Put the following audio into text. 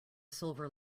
silver